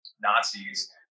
Nazis